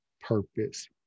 purpose